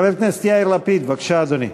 חבר הכנסת יאיר לפיד, בבקשה, אדוני.